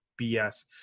BS